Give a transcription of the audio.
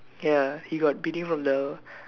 ya he got beating from the